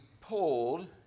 pulled